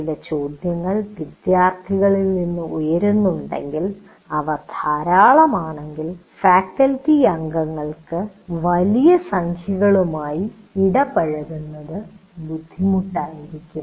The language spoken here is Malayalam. ചില ചോദ്യങ്ങൾ വിദ്യാർഥികളിൽ നിന്ന് ഉയരുന്നുണ്ടെങ്കിൽ അവ ധാരാളം ആണെങ്കിൽ ഫാക്കൽറ്റി അംഗങ്ങൾക്ക് വലിയ സംഖ്യകളുമായി ഇടപഴകുന്നത് ബുദ്ധിമുട്ടായിരിക്കും